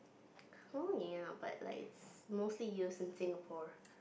oh ya but like it's mostly used in Singapore